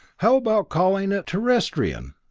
how about calling it terrestrian?